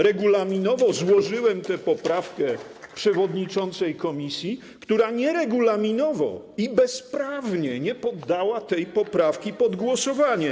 Regulaminowo złożyłem tę poprawkę przewodniczącej komisji, która nieregulaminowo i bezprawnie nie poddała tej poprawki pod głosowanie.